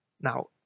Now